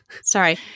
sorry